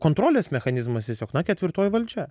kontrolės mechanizmas tiesiog na ketvirtoji valdžia